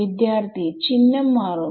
വിദ്യാർത്ഥി ചിഹ്നം മാറും